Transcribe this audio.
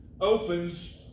opens